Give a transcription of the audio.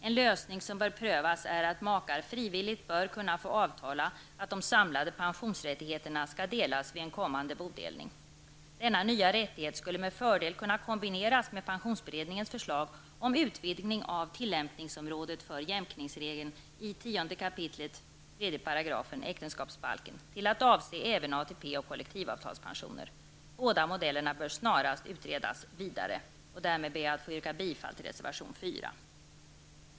En lösning som bör prövas är att makar frivilligt bör kunna få avtala att de samlade pensionsrättigheterna skall delas vid en kommande bodelning. Denna nya rättighet skulle med fördel kunna kombineras med pensionsberedningens förslag om utvidning av tillämpningsområdet för jämkningsregeln i 10 kap. 3 § äktenskapsbalken till att avse även ATP och kollektivavtalspensioner. Båda modellerna bör snarast utredas vidare. Därmed ber jag att få yrka bifall till reservation 4.